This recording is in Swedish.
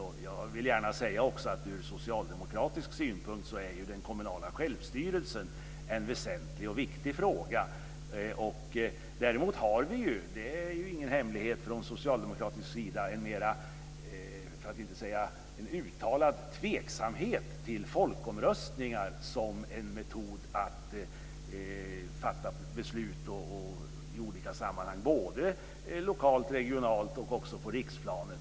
Jag vill också gärna säga att ur socialdemokratisk synpunkt är den kommunala självstyrelsen en väsentlig och viktig fråga. Däremot har vi från socialdemokratisk sida, och det är ingen hemlighet, en uttalad tveksamhet till folkomröstningar som en metod att fatta beslut i olika sammanhang. Det gäller lokalt, regionalt och också på riksplanet.